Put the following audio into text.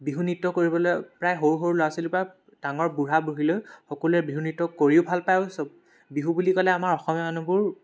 বিহু নৃত্য কৰিবলৈ প্ৰায় সৰু সৰু ল'ৰা ছোৱালী পৰা ডাঙৰ বুঢ়া বুঢ়ীলৈ সকলোৱে বিহু নৃত্য কৰিও ভাল পায় আৰু বিহু বুলি ক'লে আমাৰ অসমীয়া মানুহবোৰ